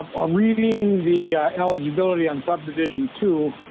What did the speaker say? our reading the eligibility and subdivision two.